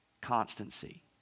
constancy